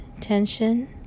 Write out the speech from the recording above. tension